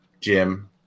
Jim